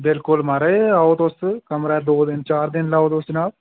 बिल्कुल माराज आओ तोस कमरा दो दिन चार दिन लैओ तुस जनाब